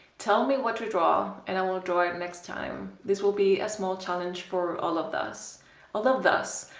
tell me what to draw and i will draw it next time this will be a small challenge for all of thus all of thus?